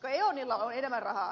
onilla on enemmän rahaa